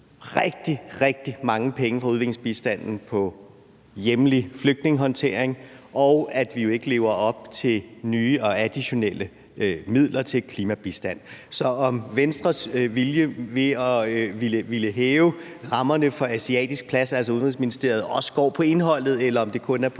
rigtig, rigtig mange penge fra udviklingsbistanden på hjemlig flygtningehåndtering, og at vi jo ikke lever op til kravet om at give nye og additionelle midler til klimabistand. Så jeg vil spørge, om Venstres vilje til at hæve rammerne for Asiatisk Plads, altså Udenrigsministeriet, også går på indholdet, eller om det kun er på